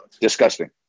disgusting